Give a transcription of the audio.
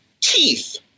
teeth